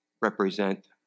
represent